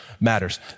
matters